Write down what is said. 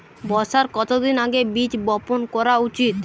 বর্ষার কতদিন আগে বীজ বপন করা উচিৎ?